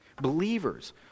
Believers